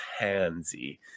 handsy